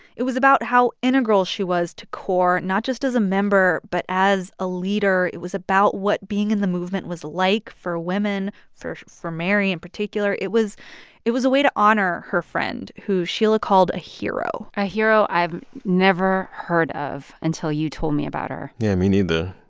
it was about how integral she was to core, not just as a member, but as a leader. it was about what being in the movement was like for women, for for mary in particular. it was it was a way to honor her friend, who sheila called a hero a hero i've never heard of until you told me about her yeah, me neither.